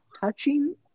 touching